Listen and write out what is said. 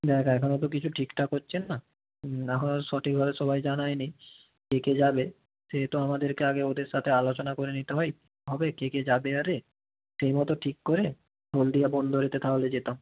দেখ এখনও তো কিছু ঠিকঠাক হচ্ছে না না হওয়ায় সঠিকভাবে সবাই জানায়নি কে কে যাবে সেহেতু আমাদেরকে আগে ওদের সাথে আলোচনা করে নিতে হয় হবে কে কে যাবে আরে সেই মতো ঠিক করে হলদিয়া বন্দরেতে তাহলে যেতাম